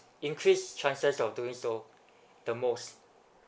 increase chances of doing so the most